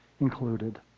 included